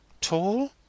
tall